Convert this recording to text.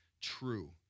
true